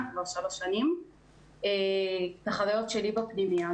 כבר שלוש שנים את החוויות שלי בפנימייה.